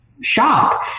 shop